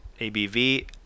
ABV